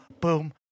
boom